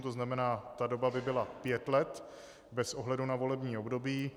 To znamená, doba by byla pět let bez ohledu na volební období.